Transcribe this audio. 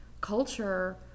culture